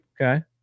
Okay